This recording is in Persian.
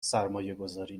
سرمایهگذاری